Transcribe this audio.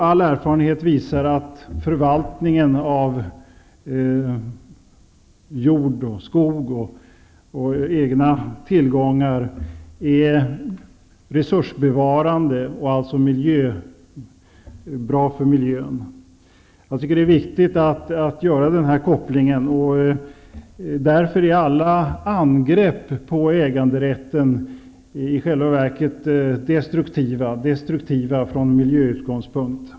All erfarenhet visar att förvaltningen av jord, skog och egna tillgångar är resursbevarande och alltså bra för miljön. Jag tycker att den här kopplingen är viktig. Därför är alla angrepp på äganderätten i själva verket destruktiva från miljösynpunkt.